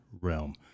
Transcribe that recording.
realm